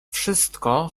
wszystko